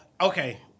Okay